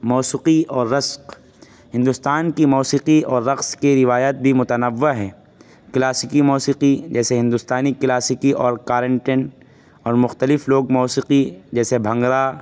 موسیقی اور رقص ہندوستان کی موسیقی اور رقص کی روایت بھی متنوع ہے کلاسیکی موسیقی جیسے ہندوستانی کلاسیکی اور کارنٹین اور مختلف لوک موسیقی جیسے بھنگڑا